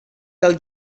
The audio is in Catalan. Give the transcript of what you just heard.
del